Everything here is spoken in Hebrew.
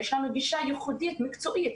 יש לנו גישה ייחודית מקצועית.